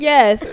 Yes